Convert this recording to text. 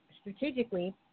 strategically